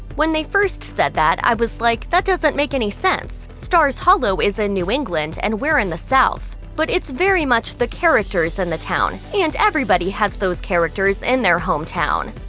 when they first said that, i was like that doesn't make any sense. stars hollow is in new england and we're in the south. but it's very much the characters in the town. and everybody has those characters in their hometown.